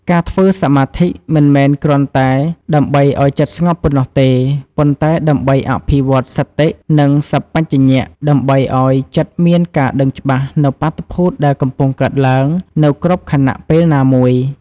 ការធ្វើសមាធិមិនមែនគ្រាន់តែដើម្បីឱ្យចិត្តស្ងប់ប៉ុណ្ណោះទេ ប៉ុន្តែដើម្បីអភិវឌ្ឍសតិ និងសម្បជញ្ញៈដើម្បីឱ្យចិត្តមានការដឹងច្បាស់នូវបាតុភូតដែលកំពុងកើតឡើងនៅគ្រប់ខណៈពេលណាមួយ។